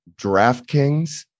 DraftKings